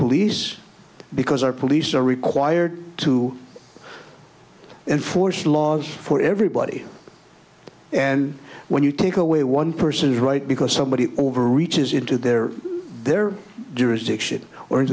police because our police are required to enforce laws for everybody and when you take away one person's right because somebody over reaches into their their jurisdiction or